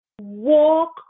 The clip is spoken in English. Walk